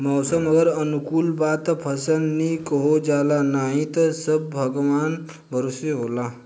मौसम अगर अनुकूल बा त फसल निक हो जाला नाही त सब भगवान भरोसे रहेला